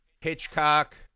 Hitchcock